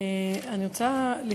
אני רוצה לפתוח,